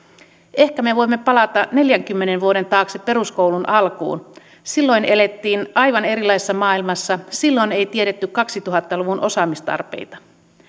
ehkä me voimme palata neljänkymmenen vuoden taakse peruskoulun alkuun silloin elettiin aivan erilaisessa maailmassa silloin ei tiedetty kaksituhatta luvun osaamistarpeita